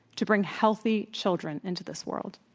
to bring healthy children into this world.